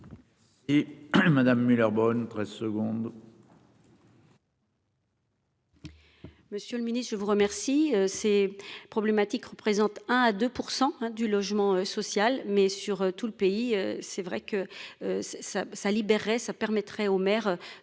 Oui madame Muller bonne 13 secondes. Monsieur le Ministre, je vous remercie. Ces problématiques représente 1 à 2% du logement social, mais sur tout le pays. C'est vrai que. Ça ça libérerait ça permettrait aux mères